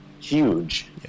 huge